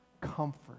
comfort